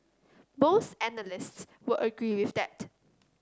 most analysts would agree with that